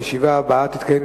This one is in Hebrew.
הישיבה הבאה תתקיים,